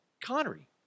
Connery